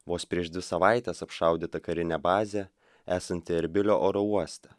vos prieš dvi savaites apšaudyta karinė bazė esanti erbilio oro uoste